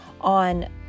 on